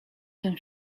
tym